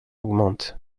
augmente